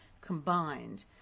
combined